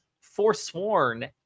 forsworn